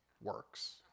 works